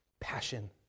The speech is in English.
passion